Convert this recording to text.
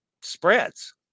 spreads